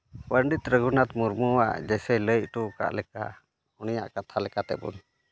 ᱯᱚᱱᱰᱤᱛ ᱨᱚᱜᱷᱩᱱᱟᱛᱷ ᱢᱩᱨᱢᱩᱣᱟᱜ ᱡᱮᱭᱥᱮ ᱞᱟᱹᱭ ᱦᱚᱴᱚ ᱠᱟᱜ ᱞᱮᱠᱟ ᱩᱱᱤᱭᱟᱜ ᱠᱟᱛᱷᱟ ᱞᱮᱠᱟ ᱛᱮᱵᱚᱱ